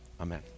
Amen